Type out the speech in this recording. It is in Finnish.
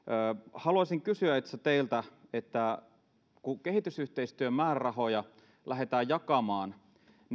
haluaisin kysyä itse asiassa teiltä siitä miten kehitysyhteistyömäärärahoja lähdetään jakamaan